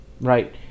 right